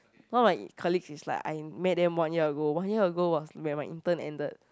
not my colleague is like I met them one year ago one year ago was when my intern ended